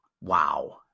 Wow